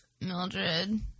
Mildred